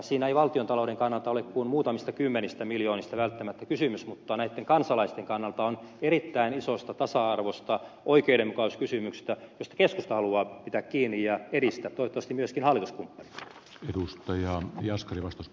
siinä ei valtiontalouden kannalta ole kuin muutamista kymmenistä miljoonista välttämättä kysymys mutta näitten kansalaisten kannalta on kyse erittäin isosta tasa arvo ja oikeudenmukaisuuskysymyksestä josta keskusta haluaa pitää kiinni ja edistä toi tosimieskin hallitus nyt edistäen sitä toivottavasti myöskin hallituskumppanit